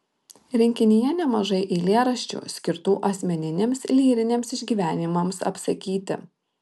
rinkinyje nemažai eilėraščių skirtų asmeniniams lyriniams išgyvenimams apsakyti